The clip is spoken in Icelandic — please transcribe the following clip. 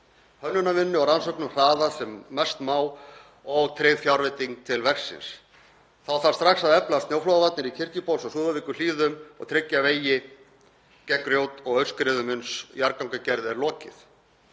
hönnunarvinnu og rannsóknum hraðað sem mest má og tryggð fjárveiting til verksins. Þá þarf strax að efla snjóflóðavarnir í Kirkjubóls- og Súðavíkurhlíðum og tryggja vegi gegn grjót- og aurskriðum uns jarðgangagerð er lokið.